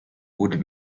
would